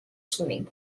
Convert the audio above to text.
swimming